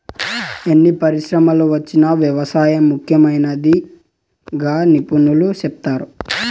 ఎన్ని పరిశ్రమలు వచ్చినా వ్యవసాయం ముఖ్యమైనదిగా నిపుణులు సెప్తారు